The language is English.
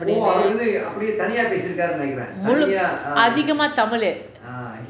ஒரு அதிகமா தமிழு:oru athikamaa thamilu